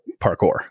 parkour